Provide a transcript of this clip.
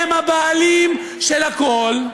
הם הבעלים של הכול,